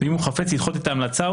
ואם הוא חפץ לדחות את ההמלצה,